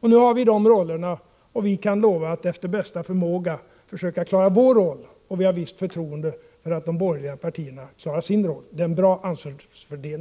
Nu finns alltså dessa roller. Vi kan för vår del lova att efter bästa förmåga försöka klara vår roll, och vi har visst förtroende för att de borgerliga partierna klarar sin roll. Det är, herr talman, en bra ansvarsfördelning.